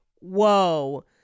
whoa